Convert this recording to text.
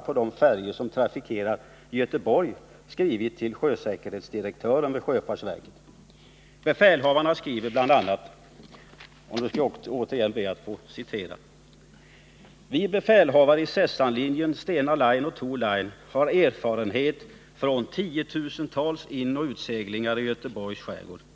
på de färjor som trafikerar Göteborg skrivit till sjösäkerhetsdirektören vid sjöfartsverket. Befälhavarna skriver bl.a.: ”Befälhavarna i Sessanlinjen, Stena Line och Tor Line har erfarenhet från tiotusentals inoch utseglingar i Göteborgs skärgård.